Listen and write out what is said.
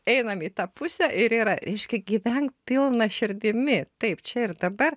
einam į tą pusę ir yra reiškia gyvenk pilna širdimi taip čia ir dabar